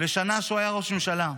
לשנה שהוא היה ראש ממשלה,